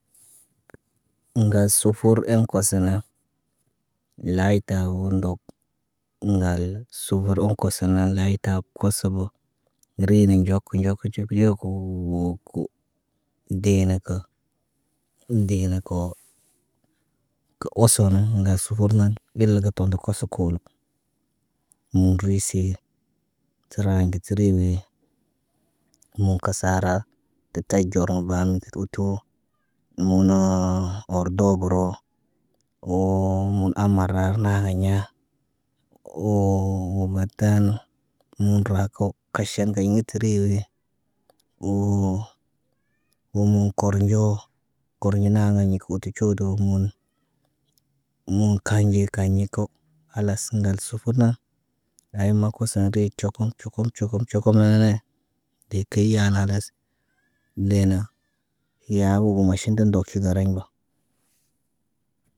Iŋga sufur eŋg kosone layta wo ndok, ŋgal sufor oŋg kosona layta kosobo. Ri no nɟok nɟok yekuu wooko. Dee na ko, dee na koo kə oso nan ŋgas fur nan, ile kə toondo koso koolo. Mun riisi təray ŋge təri bee moŋg kasara təta ɟoromba mək uutu. Mono ordobəro woo mun amar ra naa na ɲa woo batan mun ra kaw kaʃan gay mutiri ri. Woo muu kornɟoo kornɟo naaŋgəy ɲiku utu cuudu mun. Mun kanɟe kanɟe kaw khalas ŋgal sufurna ayma kosade cokom cokom cokom maanane. Dee keyi ye analas leena yaawogu maʃin ndə dof fi gariɲ ba.